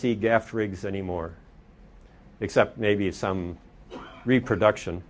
rigs anymore except maybe some reproduction